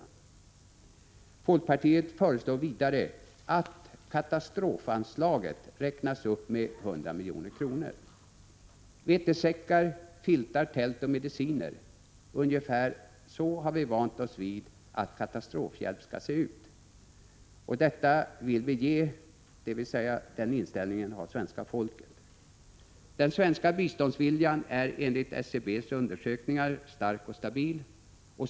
Folkpartiet föreslår vidare att katastrofanslaget räknas upp med 100 milj.kr. Vetesäckar, filtar, tält och mediciner — ungefär så har vi vant oss vid att katastrofhjälp skall se ut. Detta vill vi ge, dvs. svenska folket har den inställningen. Den svenska biståndsviljan är enligt SCB:s undersökningar stark och stabil.